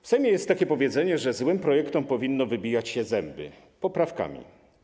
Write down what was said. W Sejmie jest takie powiedzenie, że złym projektom powinno wybijać się zęby poprawkami.